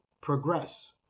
progress